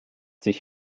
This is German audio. sich